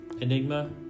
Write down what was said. enigma